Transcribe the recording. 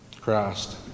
Christ